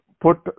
put